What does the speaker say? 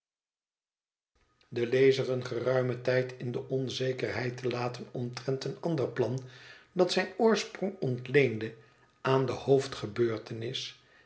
den lezer een geruimen tijd in de onzekerheid te laten omtrent een ander plan dat zijn oorsprong ontleende aan de